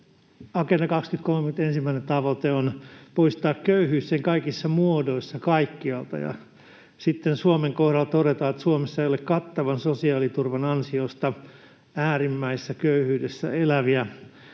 Agenda 2030:n ensimmäinen tavoite on poistaa köyhyys sen kaikissa muodoissa kaikkialta, ja sitten Suomen kohdalta todetaan, että Suomessa ei ole kattavan sosiaaliturvan ansiosta äärimmäisessä köyhyydessä eläviä.